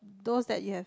those that you have